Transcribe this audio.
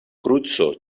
kruco